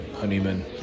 Honeyman